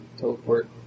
teleport